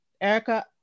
Erica